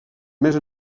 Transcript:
més